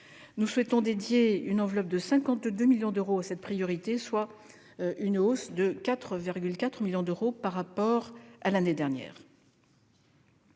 Nous souhaitons allouer une enveloppe de 52 millions d'euros à cette priorité, soit une hausse de 4,4 millions d'euros par rapport à l'année dernière.